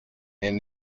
and